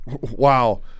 Wow